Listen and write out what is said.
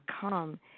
come